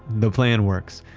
the plan works,